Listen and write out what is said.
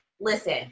Listen